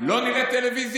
לא נראה טלוויזיה?